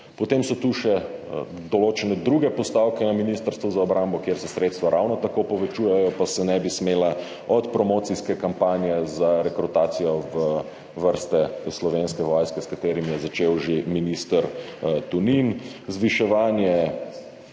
Potem so tu še določene druge postavke na Ministrstvu za obrambo, kjer se sredstva ravno tako povečujejo, pa se ne bi smela, od promocijske kampanje za rekrutacijo v vrste Slovenske vojske, s čimer je začel že minister Tonin,